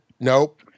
nope